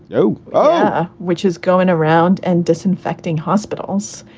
you know but which is going around and disinfecting hospitals.